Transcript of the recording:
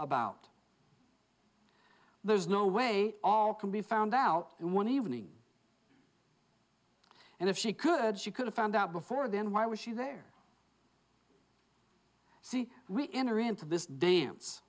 about there's no way all can be found out and one evening and if she could she could have found out before then why was she there see we enter into this dance